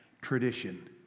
Tradition